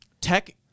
Tech